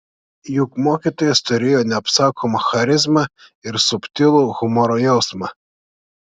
juk mokytojas turėjo neapsakomą charizmą ir subtilų humoro jausmą